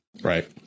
right